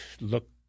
look